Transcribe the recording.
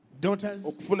daughters